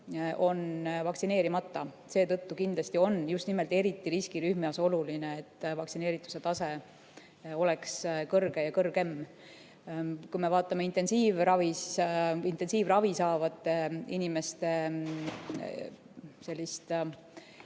on vaktsineerimata. Seetõttu kindlasti on just nimelt riskirühmas oluline, et vaktsineerituse tase oleks kõrge. Kui me vaatame intensiivravi saavate inimeste puhul